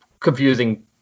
confusing